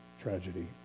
tragedy